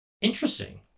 Interesting